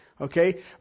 Okay